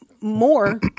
more